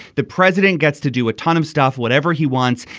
the president gets to do a ton of stuff whatever he wants.